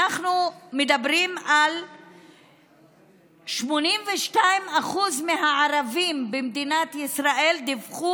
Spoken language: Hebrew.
אנחנו מדברים על כך ש-82% מהערבים במדינת ישראל דיווחו